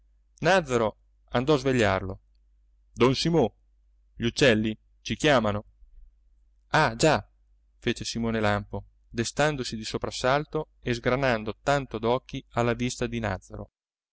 nàzzaro andò a svegliarlo don simo gli uccelli ci chiamano ah già fece simone lampo destandosi di soprassalto e sgranando tanto d'occhi alla vista di nàzzaro